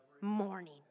morning